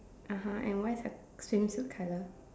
(uh huh) and what is her swimsuit colour